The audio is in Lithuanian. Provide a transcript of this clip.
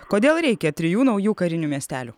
kodėl reikia trijų naujų karinių miestelių